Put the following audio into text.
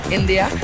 India